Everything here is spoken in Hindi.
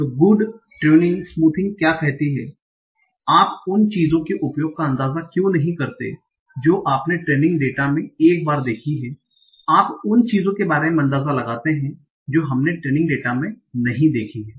तो गुड ट्यूरिंग स्मूथिंग क्या कहती है तो आप उन चीजों के उपयोग का अंदाजा क्यों नहीं करते जो आपने ट्रेनिंग डेटा में एक बार देखी हैं आप उन चीजों के बारे में अंदाजा लगाते हैं जो हमने ट्रेनिंग डेटा में नहीं देखी हैं